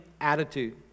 attitude